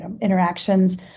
interactions